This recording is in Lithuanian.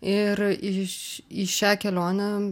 ir įš į šią kelionę